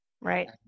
Right